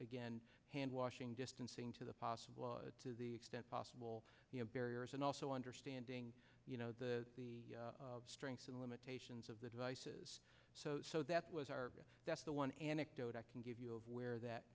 again hand washing distancing to the possible to the extent possible barriers and also understanding you know the strengths and limitations of the devices so so that was our that's the one anecdote i can give you of where that